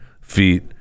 feet